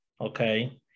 okay